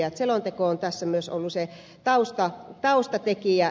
selonteko on tässä myös ollut se taustatekijä